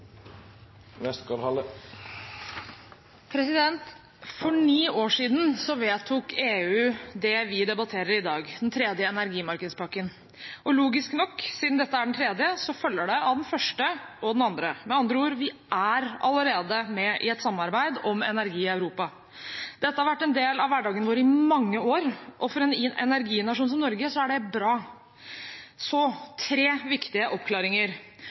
grunn. For ni år siden vedtok EU det vi debatterer i dag, den tredje energimarkedspakken. Og logisk nok, siden dette er den tredje, følger det av den første og den andre. Med andre ord er vi allerede med i et samarbeid om energi i Europa. Dette har vært en del av hverdagen vår i mange år. For en energinasjon som Norge er det bra. Så tre viktige